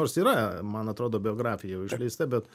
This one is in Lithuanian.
nors yra man atrodo biografija jau išleista bet